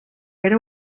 era